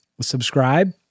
subscribe